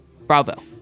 Bravo